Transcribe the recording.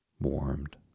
warmed